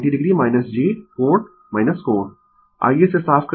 Refer Slide Time 3039 आइये इसे साफ करें